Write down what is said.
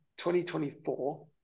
2024